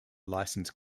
licensed